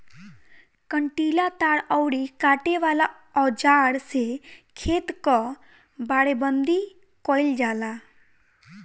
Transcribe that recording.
कंटीला तार अउरी काटे वाला औज़ार से खेत कअ बाड़ेबंदी कइल जाला